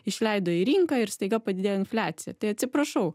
išleido į rinką ir staiga padidėjo infliacija tai atsiprašau